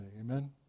Amen